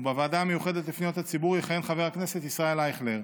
ובוועדה המיוחדת לפניות הציבור יכהן חבר הכנסת ישראל אייכלר,